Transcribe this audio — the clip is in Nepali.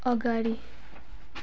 अगाडि